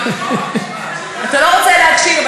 אתה לא רוצה להקשיב,